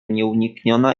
nieunikniona